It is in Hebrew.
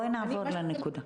בואי נעבור לנקודה הבאה.